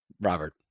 robert